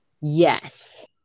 yes